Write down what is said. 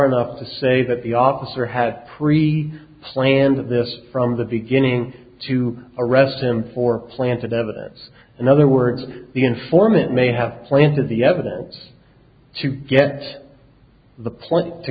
enough to say that the officer had pre planned this from the beginning to arrest him for planted evidence in other words the informant may have planted the evidence to get the point to